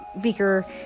Beaker